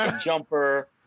jumper